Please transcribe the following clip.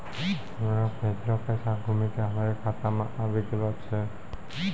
हमरो भेजलो पैसा घुमि के हमरे खाता मे आबि गेलो छै